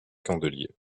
candelier